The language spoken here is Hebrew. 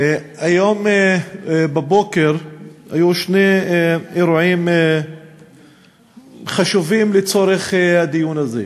היום בבוקר היו שני אירועים חשובים לצורך הדיון הזה: